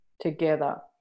together